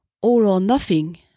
all-or-nothing